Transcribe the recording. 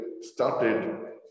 started